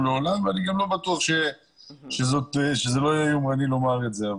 לעולם ואני גם לא בטוח שזה לא יהיה יומרני לומר את זה.